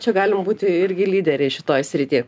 čia galima būti irgi lyderiais šitoj srity